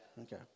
Okay